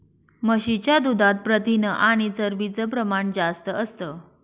म्हशीच्या दुधात प्रथिन आणि चरबीच प्रमाण जास्त असतं